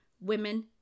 women